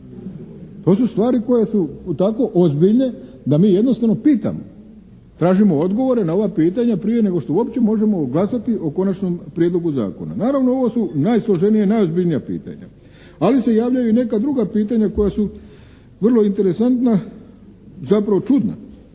To su stvari koje su tako ozbiljne da mi jednostavno pitamo. Tražimo odgovore na ova pitanja prije nego što uopće možemo glasati o Konačnom prijedlogu zakona. Naravno ovo su najsloženija, najozbiljnija pitanja. Ali se javljaju i neka druga pitanja koja su vrlo interesantna, zapravo čudna.